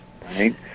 right